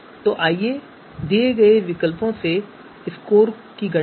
तो आइए दिए गए विकल्पों के लिए स्कोर निकालें